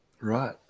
Right